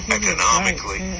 economically